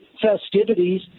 festivities